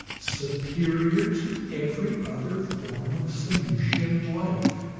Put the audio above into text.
superior to every other form of sanusian life!